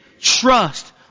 trust